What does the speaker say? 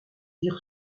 dire